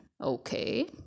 okay